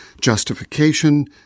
justification